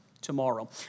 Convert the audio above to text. tomorrow